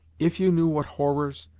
if you knew what horrors,